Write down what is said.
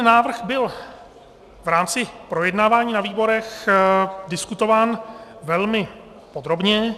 Návrh byl v rámci projednávání na výborech diskutován velmi podrobně.